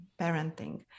parenting